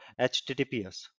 https